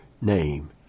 name